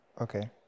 okay